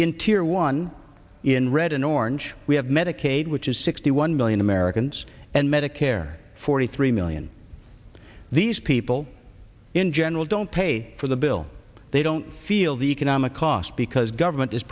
tear one in red and orange we have medicaid which is sixty one million americans and medicare forty three million these people in general don't pay for the bill they don't feel the economic cost because government is